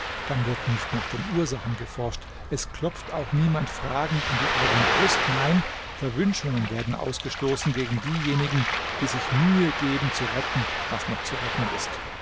dann wird nicht nach den ursachen geforscht es klopft auch niemand fragend an die eigene brust nein verwünschungen werden ausgestoßen gegen diejenigen die sich mühe geben zu retten was noch zu retten ist